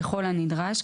ככל הנדרש,